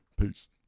Peace